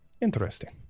Interesting